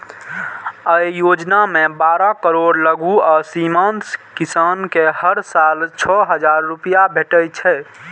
अय योजना मे बारह करोड़ लघु आ सीमांत किसान कें हर साल छह हजार रुपैया भेटै छै